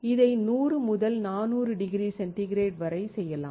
இதை 100 முதல் 400 degree centigrade வரை செய்யலாம்